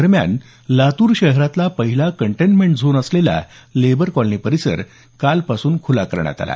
दरम्यान लातूर शहरातला पहिला कंटेनमेंट झोन असलेला लेबर कॉलनी परिसर कालपासून खूला करण्यात आला